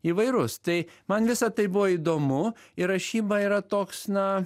įvairus tai man visa tai buvo įdomu ir rašyba yra toks na